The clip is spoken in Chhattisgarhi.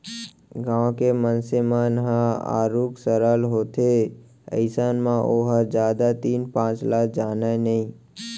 गाँव के मनसे मन ह आरुग सरल होथे अइसन म ओहा जादा तीन पाँच ल जानय नइ